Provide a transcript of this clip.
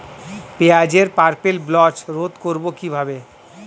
পেঁয়াজের purple blotch রোধ করবো কিভাবে?